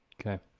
Okay